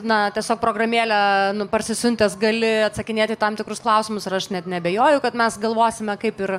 na tiesiog programėlę parsisiuntęs gali atsakinėt į tam tikrus klausimus ir aš net neabejoju kad mes galvosime kaip ir